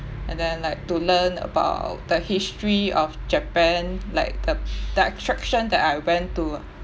and then like to learn about the history of japan like the the attraction that I went to